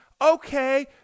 Okay